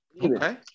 Okay